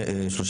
רוויזיה.